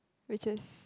which is